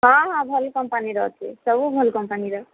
ହଁ ହଁ ଭଲ କମ୍ପାନୀର ଅଛେ ସବୁ ଭଲ କମ୍ପାନୀର